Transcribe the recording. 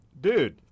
Dude